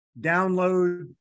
download